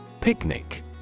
Picnic